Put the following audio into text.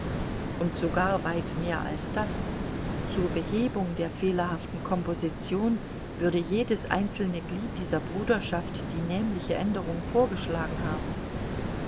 und sogar weit mehr als das zur behebung der fehlerhaften komposition würde jedes einzelne glied dieser bruderschaft die nämliche änderung vorgeschlagen haben